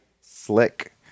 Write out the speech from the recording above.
slick